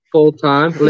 full-time